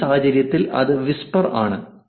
ഈ സാഹചര്യത്തിൽ അത് വിസ്പർ ആണ്